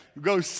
go